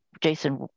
Jason